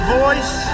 voice